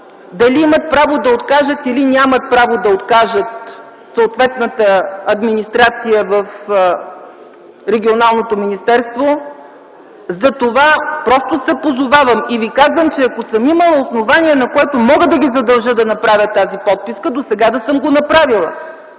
дали има право да откаже или няма съответната администрация в Регионалното министерство - затова просто се позовавам. Ако съм имала основание, на което мога да ги задължа да направят тази проверка, досега да съм го направила.